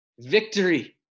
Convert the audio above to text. Victory